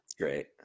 great